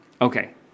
Okay